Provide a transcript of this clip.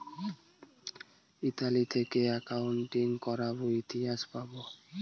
Italy থেকে accounting করাবো ইতিহাস পাবো